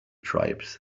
tribes